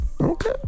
Okay